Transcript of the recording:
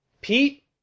Pete